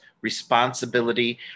responsibility